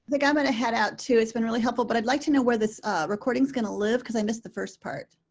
think i'm going to head out to. it's been really helpful. but i'd like to know where this recordings going to live because i missed the first part.